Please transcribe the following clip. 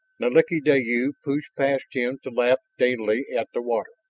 nalik'ideyu pushed past him to lap daintily at the water.